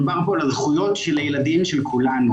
מדובר פה על הזכויות של הילדים של כולנו,